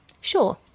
sure